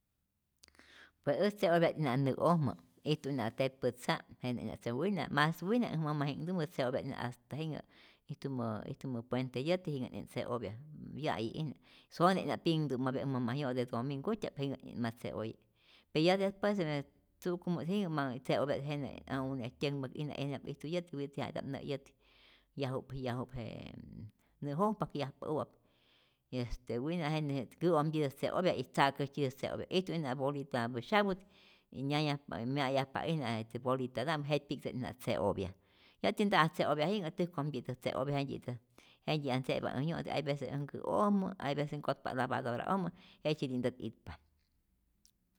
Pe äj tze'opya't'ijna nä'ojmä, ijtu'ijna tepä tza' jenä'ijna, pe wina mas wina äj mamaji'nhtumä tzeopya't'ijna hasta jinhä ijtumä ijtumä puente yäti, jinhä't'ijna tze'opya, ya'yi'ijna, sone'ijna pyinhtu'mapya äj mama' yo'te domingutya'p, jentyä't'ij ma tze'oye, pe ya despues de je tzu'kumu't jinhä, manh tzeopya't jenä ä une' tyäjkmäk'ijna, yenyap ijtu yäti, yäti ja ita'p nä' yäti yaju'p, yaju'p je nä'jojpäk yajpä'u'ap, este wina jenä nä'ojmtyita tze'opya y tza'käsitä't tze'opya, ijtu'ijna bolitapä syaput y nyayajpa mya'yajpa'ijna jetä bolitata'mpä jetypi'ktä'ijna tze'opya, yäti nta'at tzeopya jinhä, täjkojmtyi'ntä tzeopya, jentyi'at tze'pa äj yo'te hay vece äj nkä'ojmä hay vece nkotpa't lavadora'ojmä jejtzyeti'ntät itpa.